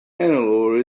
hannelore